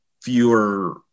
fewer